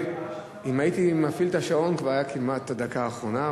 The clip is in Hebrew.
אם הייתי מפעיל את השעון זו כבר היתה כמעט הדקה האחרונה,